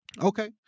Okay